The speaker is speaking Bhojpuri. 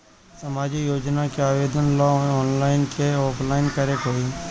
सामाजिक योजना के आवेदन ला ऑनलाइन कि ऑफलाइन करे के होई?